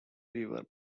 river